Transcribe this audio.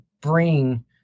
bring